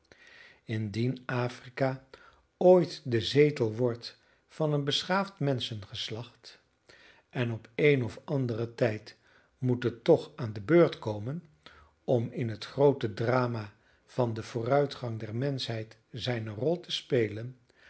indien afrika ooit de zetel wordt van een beschaafd menschengeslacht en op een of anderen tijd moet het toch aan de beurt komen om in het groote drama van den vooruitgang der menschheid zijne rol te spelen dan